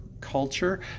culture